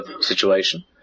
situation